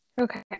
Okay